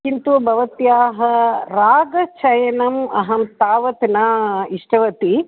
किन्तु भवत्याः रागचयनम् अहं तावद् न इष्टवती